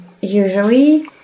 usually